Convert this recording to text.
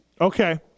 Okay